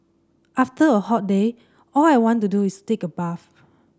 after a hot day all I want to do is take a bath